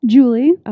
Julie